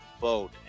vote